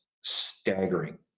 staggering